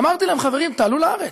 אני חושב, ואמרתי להם: חברים, תעלו לארץ.